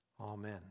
Amen